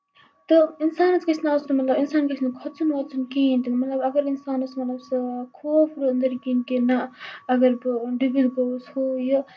تہٕ اِنسانَس گژھِ نہٕ اَسُن مطلب اِنسان گژھِ نہٕ کھوژُن ووٚژُن کِہینۍ تہِ مطلب اَگر اِنسانس مطلب سُہ خوف روٗد أندٔرۍ کِنۍ کہِ نہ اَگر بہٕ ڈُبِتھ گوٚوس ہُہ یہِ